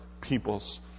peoples